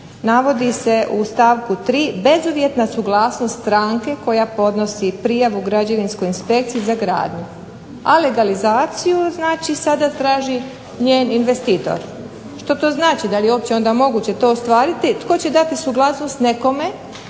navodi se u stavku 3. bezuvjetna suglasnost stranke koja podnosi prijavu građevinskoj inspekciji za gradnju, a legalizaciju znači sada traži njen investitor. Što to znači, da li je uopće onda moguće to ostvariti, tko će dati suglasnost nekome